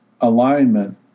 alignment